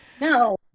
No